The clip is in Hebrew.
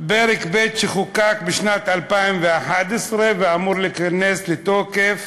פרק ב' שחוקק בשנת 2011 ואמור להיכנס לתוקף